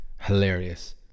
hilarious